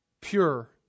pure